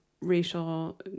racial